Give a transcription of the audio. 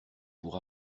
pour